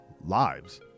lives